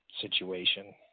Situation